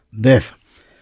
death